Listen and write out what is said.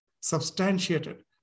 substantiated